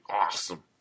awesome